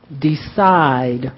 decide